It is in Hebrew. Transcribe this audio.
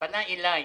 פנה אליי